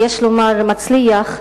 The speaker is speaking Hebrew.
ויש לומר מצליח,